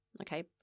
okay